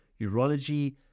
urology